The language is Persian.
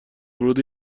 ورود